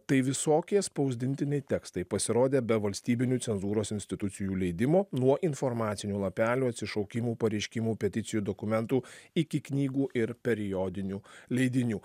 tai visokie spausdintiniai tekstai pasirodę be valstybinių cenzūros institucijų leidimo nuo informacinių lapelių atsišaukimų pareiškimų peticijų dokumentų iki knygų ir periodinių leidinių